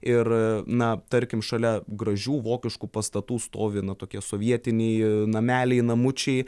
ir na tarkim šalia gražių vokiškų pastatų stovi na tokie sovietiniai nameliai namučiai